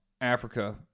Africa